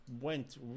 went